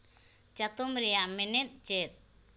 ᱪᱟᱛᱚᱢ ᱨᱮᱭᱟᱜ ᱢᱮᱱᱮᱫ ᱪᱮᱫ